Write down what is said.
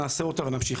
נעשה אותה ונמשיך.